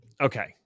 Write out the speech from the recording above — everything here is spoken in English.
okay